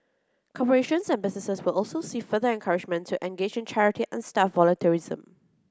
corporations and businesses will also see further encouragement to engage in charity and staff volunteerism